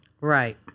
Right